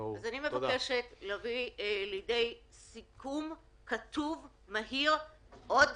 אז אני מבקשת להביא סיכום כתוב מהיר עוד